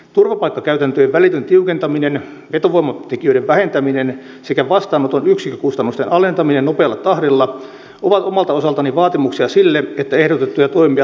turvapaikkakäytäntöjen välitön tiukentaminen vetovoimatekijöiden vähentäminen sekä vastaanoton yksikkökustannusten alentaminen nopealla tahdilla ovat omalta osaltani vaatimuksia sille että ehdotettuja toimia voi puolustaa